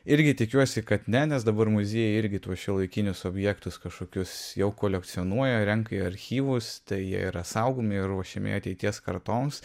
irgi tikiuosi kad ne nes dabar muziejai irgi tuos šiuolaikinius objektus kažkokius jau kolekcionuoja renka į archyvus tai jie yra saugomi ir ruošiami ateities kartoms